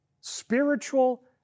spiritual